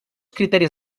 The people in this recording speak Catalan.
criteris